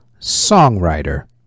songwriter